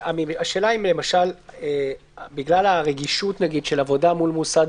השאלה אם למשל בגלל הרגישות של עבודה מול מוסד